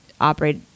operate